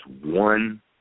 one